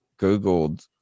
Googled